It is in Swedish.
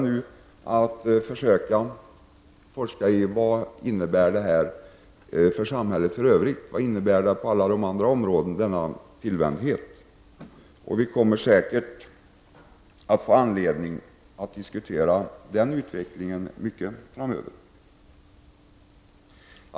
De försöker nu forska i vad detta innebär för samhället i övrigt. Vad får denna tillvänjdhet för konsekvenser på alla andra områden? Vi kommer säkert att få anledning att diskutera den utvecklingen mycket framöver.